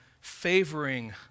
favoring